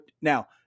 Now